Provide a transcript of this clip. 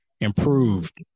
improved